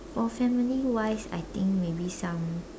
for family wise I think maybe some